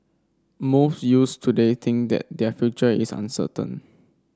most youths today think that their future is uncertain